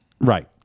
right